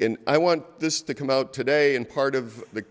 and i want this to come out today and part of the